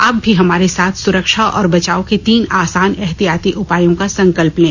आप भी हमारे साथ सुरक्षा और बचाव के तीन आसान एहतियाती उपायों का संकल्प लें